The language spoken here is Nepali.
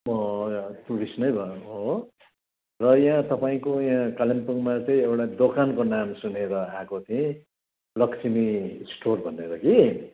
म टुरिस्ट नै भएको हो र यहाँ तपाईँको यहाँ कालिम्पोङमा चाहिँ एउटा दोकानको नाम सुनेर आएको थिएँ लक्ष्मी स्टोर भनेर कि